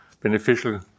beneficial